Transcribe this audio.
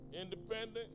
Independent